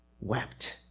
wept